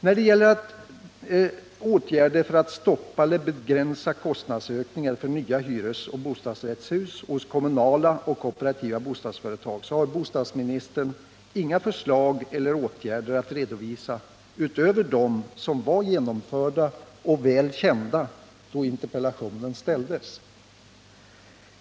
När det gäller åtgärder för att stoppa eller begränsa kostnadsökningar för nya hyresoch bostadsrättshus hos kommunala och kooperativa bostadsfö 7n retag har bostadsministern inga förslag eller åtgärder att redovisa utöver dem som var genomförda och väl kända då interpellationen ställdes.